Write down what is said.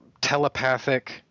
telepathic